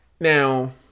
Now